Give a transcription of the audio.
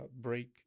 break